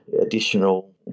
additional